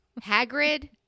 Hagrid